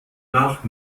nach